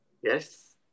yes